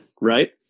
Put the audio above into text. right